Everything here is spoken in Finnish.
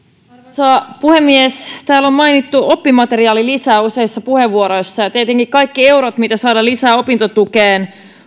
puhemies täällä on mainittu oppimateriaalilisä useissa puheenvuoroissa ja tietenkin kaikki eurot mitä saadaan lisää opintotukeen